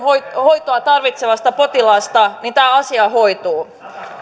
hoitoa tarvitsevasta potilaasta tämä asia hoituu